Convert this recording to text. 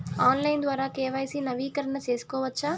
Online ద్వారా KYC నవీకరణ సేసుకోవచ్చా?